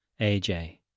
AJ